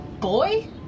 boy